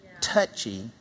touchy